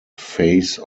phase